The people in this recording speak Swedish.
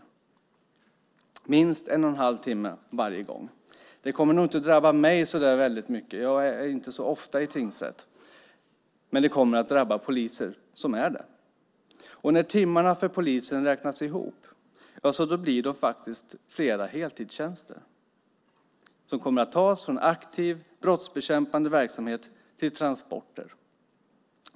Det handlar om minst en och en halv timme varje gång. Det kommer nog inte att drabba mig så där väldigt mycket - jag är inte så ofta i tingsrätten - men det kommer att drabba poliser, som är där. När timmarna för poliserna räknas ihop blir det faktiskt flera heltidstjänster som kommer att tas från aktiv, brottsbekämpande verksamhet till transporter.